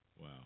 Wow